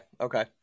okay